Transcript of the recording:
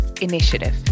Initiative